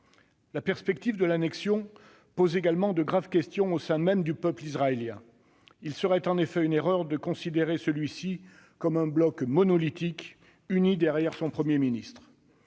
La perspective de l'annexion pose également de graves questions au sein même du peuple israélien. Ce serait en effet une erreur de considérer celui-ci comme un bloc monolithique, uni derrière son Premier ministre.